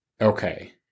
Okay